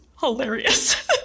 hilarious